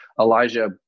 Elijah